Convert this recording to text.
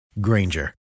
Granger